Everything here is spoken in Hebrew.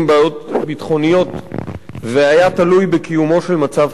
ביטחוניות והיה תלוי בקיומו של מצב חירום,